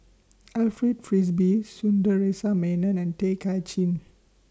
Alfred Frisby Sundaresh Menon and Tay Kay Chin